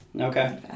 Okay